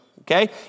okay